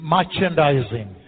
Merchandising